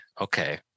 Okay